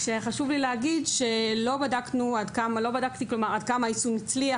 חשוב לי להגיד שלא בדקתי עד כמה היישום הצליח,